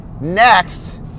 next